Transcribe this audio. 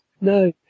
No